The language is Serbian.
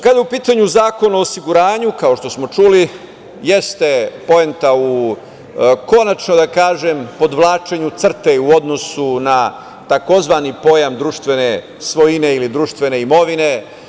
Kada je u pitanju Zakon o osiguranju, kao što smo čuli, jeste poenta u, konačno da kažem, podvlačenju crte u odnosu na tzv. pojam društvene svojine ili društvene imovine.